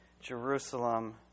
Jerusalem